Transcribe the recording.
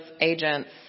agents